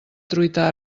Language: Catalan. truita